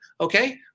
okay